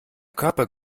körper